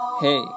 Hey